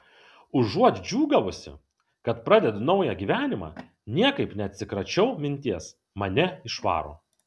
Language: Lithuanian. užuot džiūgavusi kad pradedu naują gyvenimą niekaip neatsikračiau minties mane išvaro